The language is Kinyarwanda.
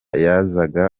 yazaga